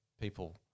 people